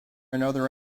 another